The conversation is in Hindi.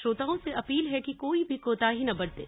श्रोताओं से अपील है कि कोई भी कोताही न बरतें